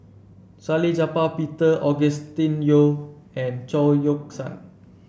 Salleh Japar Peter Augustine Yo and Chao Yoke San